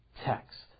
text